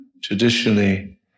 Traditionally